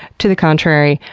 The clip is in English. to the contrary,